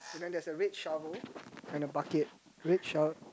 then there is a red shovel on the bucket red shovel